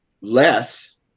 less